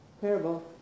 parable